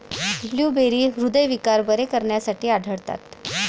blueberry हृदयविकार बरे करण्यासाठी आढळतात